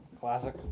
Classic